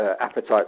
appetite